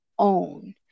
own